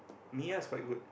Miya is quite good